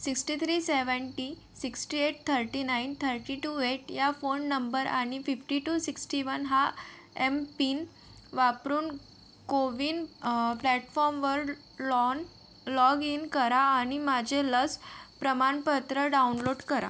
sixty three seventy sixty eight thirty nine thirty two eight या phone number आणि fifty two sixty one हा MPIN वापरून कोविन प्लॅटफॉर्मवर लॉन लॉगइन करा आणि माझे लस प्रमाणपत्र डाउनलोड करा